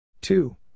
two